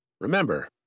Remember